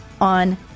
on